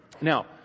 Now